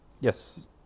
Yes